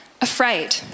afraid